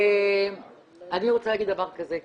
אני רוצה להגיד דבר כזה.